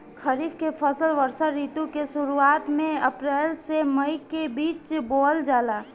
खरीफ के फसल वर्षा ऋतु के शुरुआत में अप्रैल से मई के बीच बोअल जाला